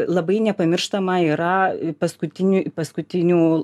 labai nepamirštama yra paskutinių paskutinių